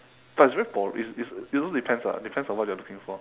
but it's very pol~ it's it's it also depends ah depends on what you're looking for